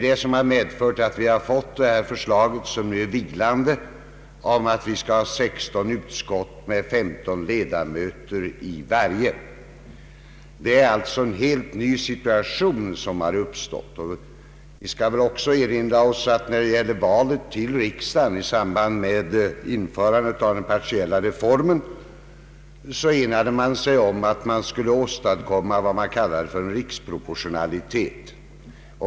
Detta har medfört att vi fått det nu vilande förslaget om 16 utskott med 15 ledamöter i varje. En helt ny situation har alltså uppstått. Vi bör väl också erinra oss att man när det gäller val till riksdagen enades om att åstadkomma vad man kallade för riksproportionalitet.